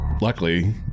luckily